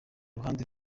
ruhande